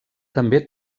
també